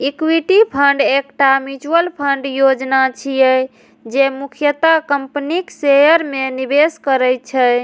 equity fund एकटा mutual fund योजना छियै, जे मुख्यतः कंपनीक शेयर मे निवेश करै छै